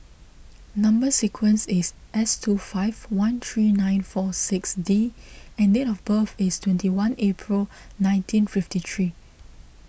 Number Sequence is S two five one three nine four six D and date of birth is twenty one April nineteen fifty three